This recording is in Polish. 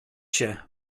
się